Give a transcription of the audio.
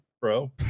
bro